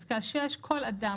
(6) כל אדם,